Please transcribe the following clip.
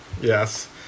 Yes